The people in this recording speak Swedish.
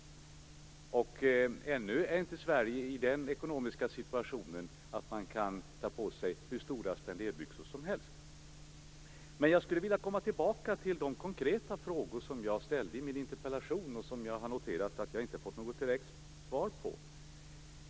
Ännu är inte Sverige i den ekonomiska situationen att man kan ta på sig hur stora spenderbyxor som helst. Jag skulle vilja komma tillbaka till de konkreta frågor som jag ställde i min interpellation och som jag har noterat att jag inte har fått något direkt svar på.